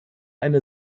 eine